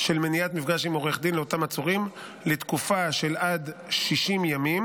של מניעת מפגש עם עורך דין לאותם עצורים לתקופה של עד 60 ימים,